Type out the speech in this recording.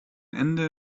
ende